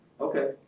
Okay